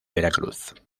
veracruz